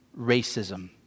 racism